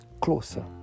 closer